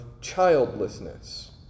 childlessness